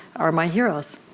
are my heroes.